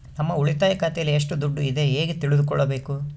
ನಮ್ಮ ಉಳಿತಾಯ ಖಾತೆಯಲ್ಲಿ ಎಷ್ಟು ದುಡ್ಡು ಇದೆ ಹೇಗೆ ತಿಳಿದುಕೊಳ್ಳಬೇಕು?